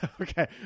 Okay